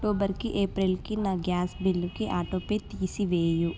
అక్టోబర్కి ఏప్రిల్కి నా గ్యాస్ బిల్లుకి ఆటోపే తీసివేయు